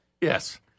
Yes